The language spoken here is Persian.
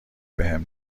بهم